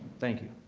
thank you.